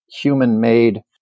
human-made